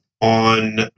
on